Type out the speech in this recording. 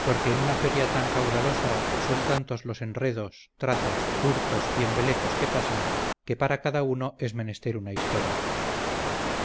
porque en una feria tan caudalosa son tantos los enredos trazas hurtos y embelecos que pasan que para cada uno es menester una historia